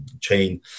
chain